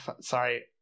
sorry